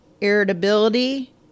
irritability